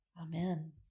Amen